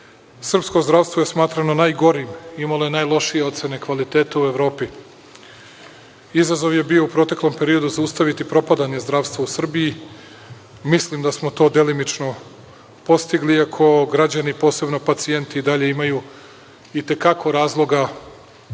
srpsko zdravstvo je smatrano najgorim. Imalo je najlošije ocene kvaliteta u Evropi. Izazov je bio u proteklom peridou zaustaviti propadanje zdravstva u Srbiji. Mislim da smo to delimično postigli iako građani, posebno pacijenti i dalje imaju itekako razloga